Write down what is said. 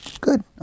good